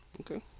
Okay